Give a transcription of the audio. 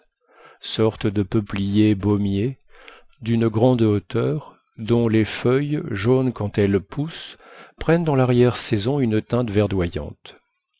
sortes de peupliers baumiers d'une grande hauteur dont les feuilles jaunes quand elles poussent prennent dans l'arrière-saison une teinte verdoyante